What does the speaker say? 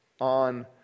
on